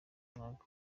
mwaka